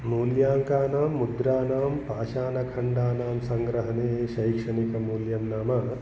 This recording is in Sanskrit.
मूल्याङ्काणां मुद्राणां पाषाणखण्डानां सङ्ग्रहणे शैक्षणिकमूल्यं नाम